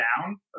Down